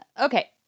Okay